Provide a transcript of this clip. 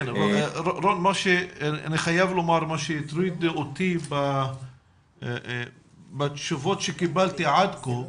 רון אני חייב לומר שמה שהטריד אותי בתשובות שקיבלתי עד כה,